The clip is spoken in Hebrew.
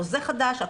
חוזה חדש,